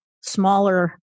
smaller